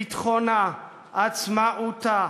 ביטחונה, עצמאותה,